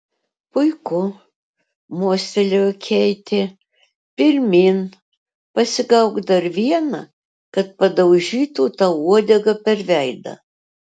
puiku mostelėjo keitė pirmyn pasigauk dar vieną kad padaužytų tau uodega per veidą